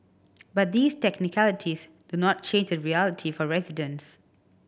but these technicalities do not change the reality for residents